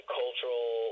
cultural